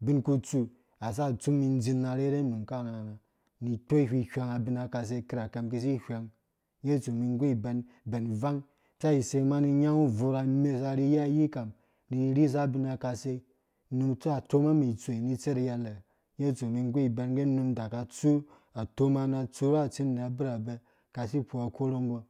Bin kutsu asaka tsu mĩ dziu na rheru num karhãrhã na tsu mĩ kpo hwihwɛng abinaka se mĩ kĩsĩ hwɛng ngã tsu mĩ gũ ibɛn bɛn ivang sei ni mani nyãgũ bvurha mesa rhi ya ki kiyam nĩ risa abinakase se nũ tsuwa toma itsoi ri tser yɛrha nɛ nyeya tsu mĩ gũ iben nge num daka tsu atoma na daka tsurhu atsĩndĩa na abirbɛ kasi kpo akorhumbɔ